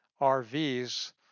RVs